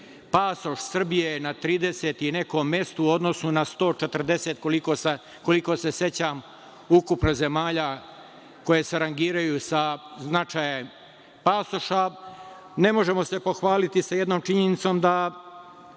pasoš Srbije na trideset i nekom mestu u odnosu na 140, koliko se sećam, ukupno zemalja koje se rangiraju sa značajem pasoša, ne možemo se pohvaliti sa jednom činjenicom, da